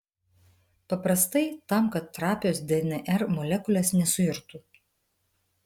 paprastai tam kad trapios dnr molekulės nesuirtų